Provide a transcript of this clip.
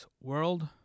world